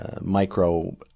micro